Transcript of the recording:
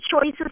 choices